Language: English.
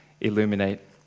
illuminate